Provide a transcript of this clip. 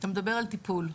אתה מדבר על טיפול.